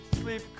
sleep